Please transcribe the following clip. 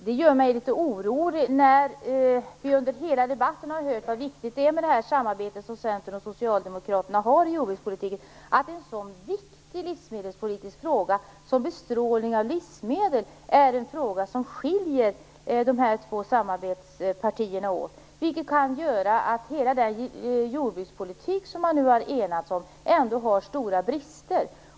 Fru talman! Under hela debatten har vi hört hur viktigt Centerns och Socialdemokraternas samarbete i jordbrukspolitiken är. Men det gör mig litet orolig att en sådan viktig fråga som bestrålning av livsmedel skiljer de två samarbetspartierna åt. Det kan innebära att hela den jordbrukspolitik man har enats om ändå har stora brister.